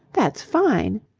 that's fine.